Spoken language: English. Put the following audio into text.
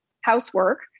housework